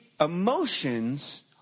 emotions